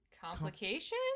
Complication